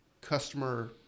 customer